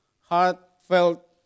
heartfelt